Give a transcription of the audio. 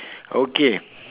okay